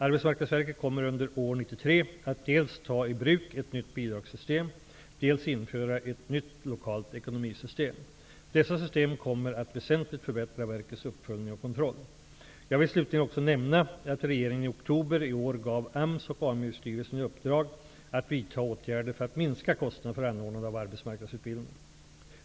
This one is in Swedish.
Arbetsmarknadsverket kommer under år 1993 att dels ta i bruk ett nytt bidragssystem, dels införa ett nytt lokalt ekonomisystem. Dessa system kommer att väsentligt förbättra verkets uppföljning och kontroll. Jag vill slutligen också nämna att regeringen i oktober i år gav AMS och AMU-styrelsen i uppdrag att vidta åtgärder för att minska kostnaderna för anordnandet av arbetsmarknadsutbildning.